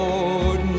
Lord